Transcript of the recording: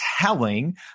telling